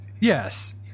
yes